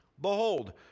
Behold